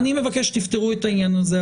אני מבקש שתפתרו את העניין הזה.